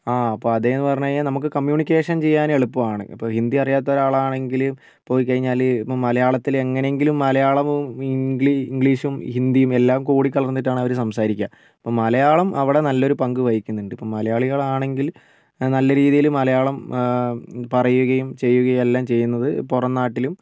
ആ അതേ എന്ന് പറഞ്ഞ് കഴിഞ്ഞാൽ നമുക്ക് കമ്മ്യൂണിക്കേഷൻ ചെയ്യാൻ എളുപ്പമാണ് ഇപ്പോൾ ഹിന്ദി അറിയാത്ത ഒരാളാണെങ്കില് പോയികഴിഞ്ഞാല് ഇപ്പോൾ മലയാളതിളെങ്ങെനെങ്കിലും മലയാളവും ഇംഗ് ഇംഗ്ലീഷും ഹിന്ദിയും എല്ലാം കൂടി കലർന്നിട്ടാണ് അവര് സംസാരിക്കുക അപ്പോൾ മലയാളം അവിടെ നല്ലൊരു പങ്ക് വഹിക്കുന്നുണ്ട് അപ്പോൾ മലയാളികളാണെങ്കിൽ നല്ല രീതിയിൽ മലയാളം പറയുകയും ചെയ്യുകയും എല്ലാം ചെയ്യുന്നത് പുറം നാട്ടിലും